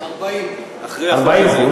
40%. 40%,